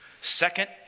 Second